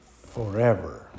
Forever